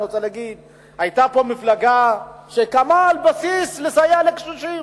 אני רוצה להגיד: היתה פה מפלגה שקמה על בסיס סיוע לקשישים,